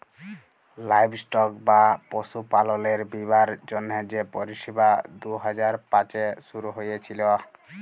livestock বা পশুপাললের বীমার জ্যনহে যে পরিষেবা দু হাজার পাঁচে শুরু হঁইয়েছিল